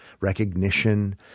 recognition